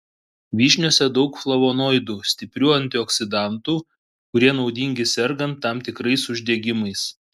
vyšniose daug flavonoidų stiprių antioksidantų kurie naudingi sergant tam tikrais uždegimais